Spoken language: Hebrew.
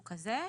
משהו כזה.